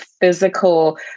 physical